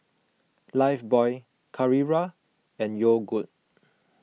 Lifebuoy Carrera and Yogood